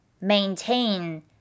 maintain